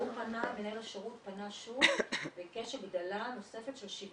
שמנהל השירות פנה שוב וביקש הגדלה נוספת של 7